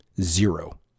zero